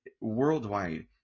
worldwide